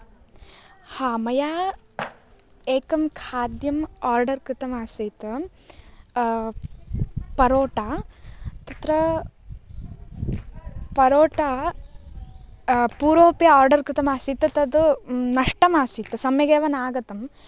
हा मया एकं खाद्यम् आर्डर् कृतम् आसीत् परोटा तत्र परोटा पूर्वमपि आर्डर् कृतमासीत् नष्टमासीत् सम्यगेव नागतम्